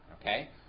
Okay